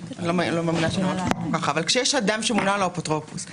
אין ערך מוסף לפיקוח של האפוטרופוס.